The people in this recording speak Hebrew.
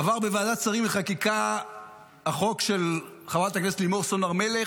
עבר בוועדת שרים לחקיקה החוק של חברת הכנסת לימור סון הר מלך,